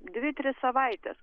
dvi tris savaites